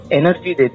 energy